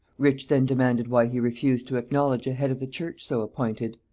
rich then demanded, why he refused to acknowledge a head of the church so appointed?